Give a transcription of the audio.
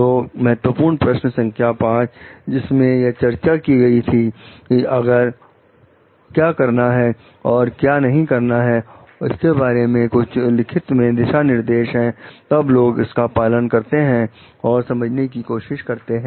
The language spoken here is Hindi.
तो महत्वपूर्ण प्रश्न संख्या 5 जिसमें यह चर्चा की गई थी कि अगर क्या करना है और क्या नहीं करना है इसके बारे में कुछ लिखित में दिशा निर्देश हैं तब लोग उसका पालन करते हैं और और समझने की कोशिश करते हैं